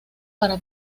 para